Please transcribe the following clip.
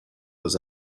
was